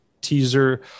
teaser